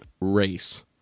race